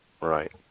right